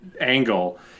angle